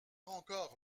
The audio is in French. encore